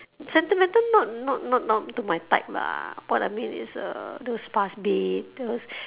sentimental not not not not to my type lah what I mean is uh those fast beat those